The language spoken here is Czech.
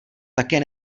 také